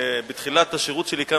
בתחילת השירות שלי כאן,